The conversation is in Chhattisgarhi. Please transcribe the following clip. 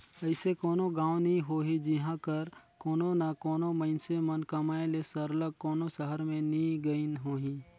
अइसे कोनो गाँव नी होही जिहां कर कोनो ना कोनो मइनसे मन कमाए ले सरलग कोनो सहर में नी गइन होहीं